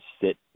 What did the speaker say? sit